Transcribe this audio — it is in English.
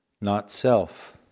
not-self